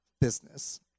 business